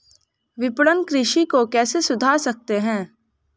विपणन कृषि को कैसे सुधार सकते हैं?